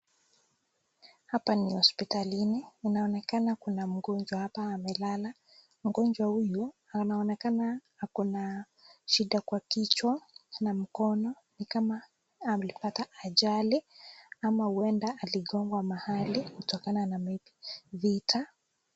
Hapa ni hosiptalini, inaonekana kuna mgonjwa hapa amelala, mgonjwa huyu anaonekana ako na shida kwa kichwa na mkono, ni kama alipata ajali ama huenda aligongwa mahali kutokana na vita.